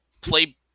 play